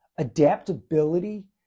adaptability